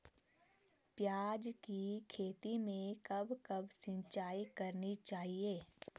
प्याज़ की खेती में कब कब सिंचाई करनी चाहिये?